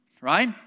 right